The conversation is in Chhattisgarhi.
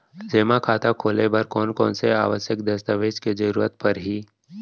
जेमा खाता खोले बर कोन कोन से आवश्यक दस्तावेज के जरूरत परही?